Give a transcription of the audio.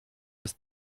bez